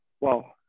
wow